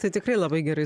tai tikrai labai gerai